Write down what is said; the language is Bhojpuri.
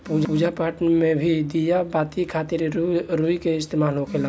पूजा पाठ मे भी दिया बाती खातिर रुई के इस्तेमाल होखेला